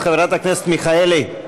חברת הכנסת מיכאלי,